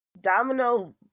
Domino